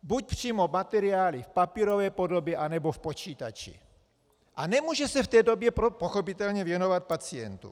Buď přímo materiály v papírové podobě, anebo v počítači a nemůže se v té době pochopitelně věnovat pacientům.